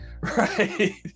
Right